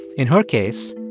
in her case,